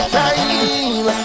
time